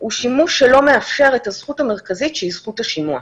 הוא שימוש שלא מאפשר את הזכות המרכזית שהיא זכות השימוע.